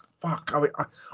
fuck